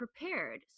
prepared